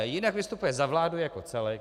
Jinak vystupuje za vládu jako celek.